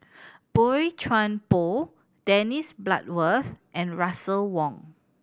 Boey Chuan Poh Dennis Bloodworth and Russel Wong